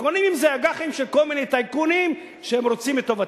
וקונים עם זה אג"חים של כל מיני טייקונים שהם רוצים את טובתם.